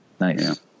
Nice